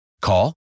Call